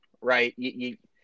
right